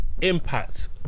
impact